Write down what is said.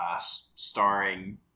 starring